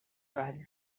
driver